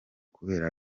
kubera